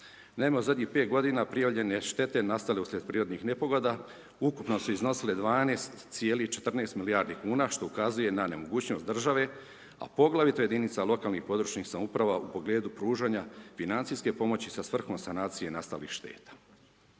Naime u zadnjih 5 g. prijavljene štete nastale uslijed prirodnih nepogoda, ukupno su iznosili 12,14 milijardi kuna što ukazuje na nemogućnost države, a poglavito jedinica lokalnih, područnih samouprava u pogledu pružanja financijskih pomoći sa svrhom sanacije nastalih šteta.